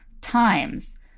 times